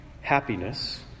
happiness